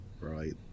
right